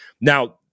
Now